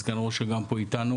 סגן ראש אג"מ פה איתנו,